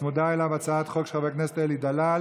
וצמודה אליה הצעת חוק של חבר הכנסת אלי דלל.